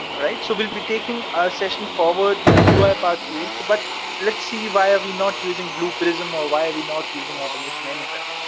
alright? so we'll be taking our session forward with the uipath tools, but let's see why are we not using blueprison or why are we not using automation anywhere,